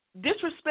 disrespect